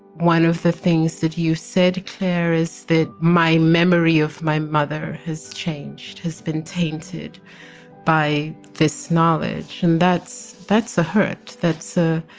one of the things that you said clear is that my memory of my mother has changed, has been tainted by this knowledge. and that's that's a hurt that's a